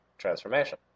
transformation